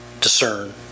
Discern